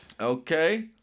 Okay